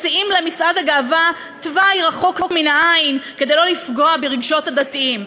מציעים למצעד הגאווה תוואי רחוק מן העין כדי לא לפגוע ברגשות הדתיים.